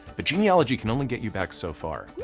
the genealogy can only get you back so far.